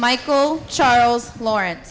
michael charles lawren